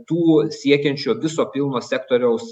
tų siekiančio viso pilno sektoriaus